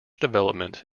development